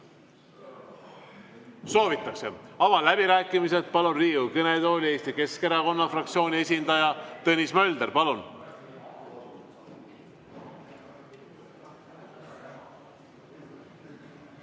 Soovitakse. Avan läbirääkimised. Palun Riigikogu kõnetooli Eesti Keskerakonna fraktsiooni esindaja Tõnis Möldri. Palun!